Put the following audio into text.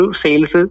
sales